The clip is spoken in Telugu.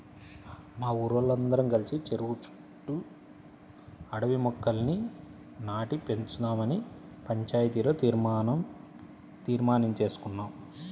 మా ఊరోల్లందరం కలిసి చెరువు చుట్టూ అడవి మొక్కల్ని నాటి పెంచుదావని పంచాయతీలో తీర్మానించేసుకున్నాం